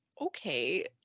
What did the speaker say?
okay